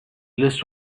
list